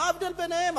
מה הבדל ביניהם,